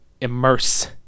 immerse